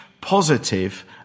positive